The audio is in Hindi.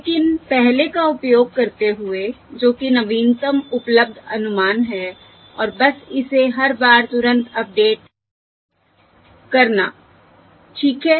लेकिन पहले का उपयोग करते हुए जो कि नवीनतम उपलब्ध अनुमान है और बस इसे हर बार तुरंत अपडेट करना ठीक है